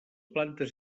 plantes